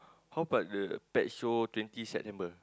how about the pet show twenty September